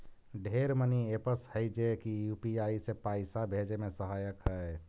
ढेर money apps हई जे की यू.पी.आई से पाइसा भेजे में सहायक हई